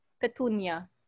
Petunia